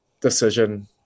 decision